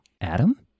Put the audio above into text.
Adam